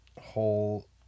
whole